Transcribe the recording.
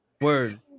Word